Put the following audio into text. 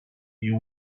you